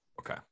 Okay